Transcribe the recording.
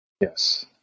Yes